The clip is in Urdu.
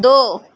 دو